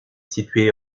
située